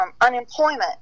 unemployment